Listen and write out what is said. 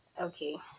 okay